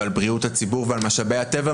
על בריאות הציבור ועל משאבי הטבע,